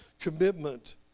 commitment